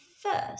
first